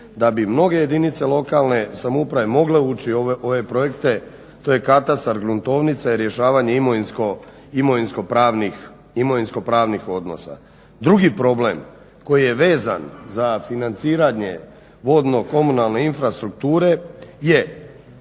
da bi mnoge jedinice lokalne samouprave mogle ući u ove projekte. To je katastar, gruntovnica i rješavanje imovinsko-pravnih odnosa. Drugi problem koji je vezan za financiranje vodno-komunalne infrastrukture je